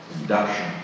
induction